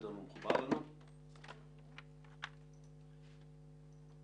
אבי דדון, ראש מינהל הרכש, בבקשה.